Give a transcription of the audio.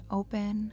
open